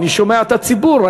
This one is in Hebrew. אני שומע את הציבור,